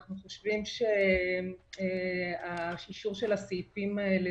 אנחנו חושבים שהאישור של הסעיפים האלה